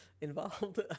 involved